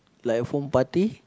like a foam party